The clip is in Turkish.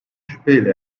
şüpheyle